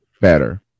better